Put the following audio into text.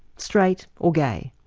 straight or gay.